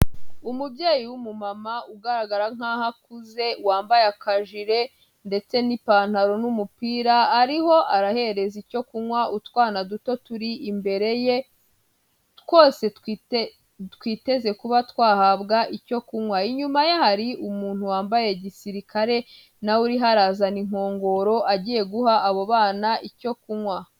Umubyeyi w'umumama ugaragara nk'aho akuze, wambaye akajire ndetse n'ipantaro n'umupira, ariho arahereza icyo kunywa utwana duto turi imbere ye, twose twiteze kuba twahabwa icyo kunywa, inyuma ye hari umuntu wambaye gisirikare na we uriho arazana inkongoro agiye guha abo bana icyo kunywa.